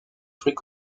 fruits